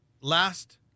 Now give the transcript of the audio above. last